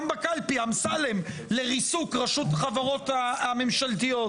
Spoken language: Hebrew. שם בקלפי אמסלם לריסוק רשות החברות הממשלתיות.